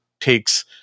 takes